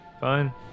Fine